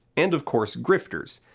and, of course, grifters.